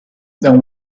than